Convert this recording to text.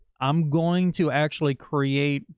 i'm going to actually create